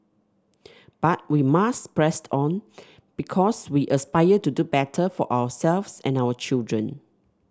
but we must press on because we aspire to do better for ourselves and our children